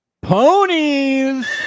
Ponies